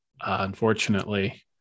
unfortunately